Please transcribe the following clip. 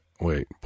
wait